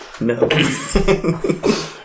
No